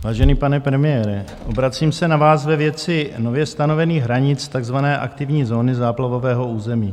Vážený pane premiére, obracím se na vás ve věci nově stanovených hranic takzvané aktivní zóny záplavového území.